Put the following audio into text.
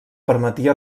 permetia